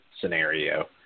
scenario